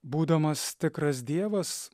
būdamas tikras dievas